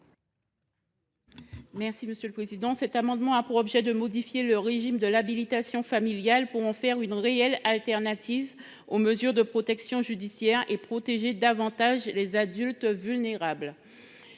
Mme Solanges Nadille. Cet amendement a pour objet de modifier le régime de l’habilitation familiale pour en faire une réelle alternative aux mesures de protection judiciaire et pour protéger davantage les adultes vulnérables.